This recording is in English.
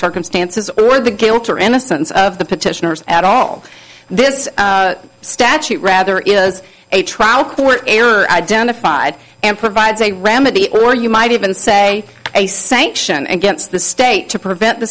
circumstances or the guilt or innocence of the petitioners at all this statute rather is a trial for error identified and provides a remedy or you might even say a sanction against the state to prevent the